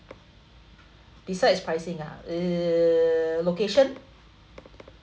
besides pricing ah uh location